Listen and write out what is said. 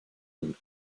und